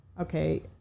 Okay